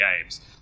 games